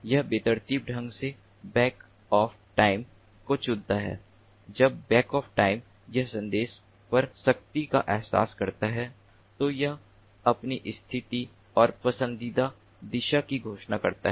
यह बेतरतीब ढंग से बैक ऑफ टाइम को चुनता है जब बैक ऑफ टाइम यह संदेश पर शक्ति का एहसास करता है तो यह अपनी स्थिति और पसंदीदा दिशा की घोषणा करता है